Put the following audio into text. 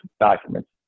documents